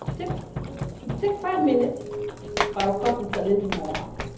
takes five minutes but of course it's a little more work.